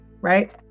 right